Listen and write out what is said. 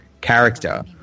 character